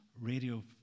radio